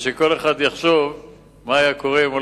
ושכל אחד יחשוב מה היה קורה אם הוא